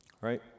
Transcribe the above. right